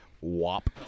Wop